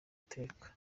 iteka